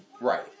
right